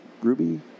Ruby